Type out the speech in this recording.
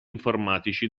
informatici